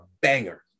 banger